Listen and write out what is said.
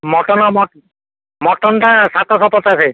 mutton ମଟନ୍ଟା ସାତଶହ ପଚାଶ